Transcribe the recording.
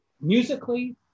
musically